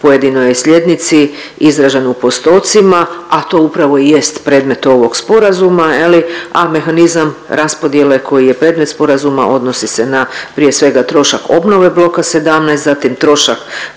pojedinoj slijednici izraženu u postocima, a to upravo i jest predmet ovog sporazuma je li, a mehanizam raspodjele koji je predmet sporazuma odnosi se na prije svega trošak obnove bloka 17, zatim trošak